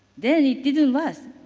then it didn't last,